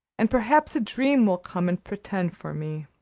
and perhaps a dream will come and pretend for me.